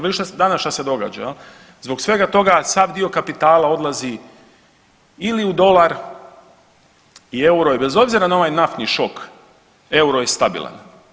Vidite danas što se događa jel, zbog svega toga sav dio kapitala odlazi ili u dolar i euro i bez obzira na ovaj naftni šok euro je stabilan.